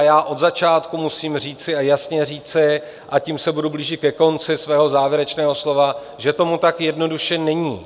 Já od začátku musím říci, a jasně říci a tím se budu blížit ke konci svého závěrečného slova že tomu tak jednoduše není.